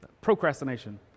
Procrastination